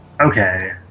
Okay